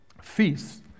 Feasts